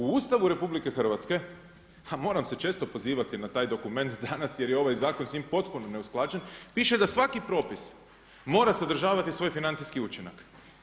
U Ustavu Republike Hrvatske, a moram se često pozivati na taj dokument danas jer je ovaj zakon s njim potpuno neusklađen, piše da svaki propis mora sadržavati svoj financijski učinak.